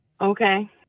Okay